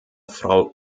frau